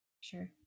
sure